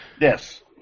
Yes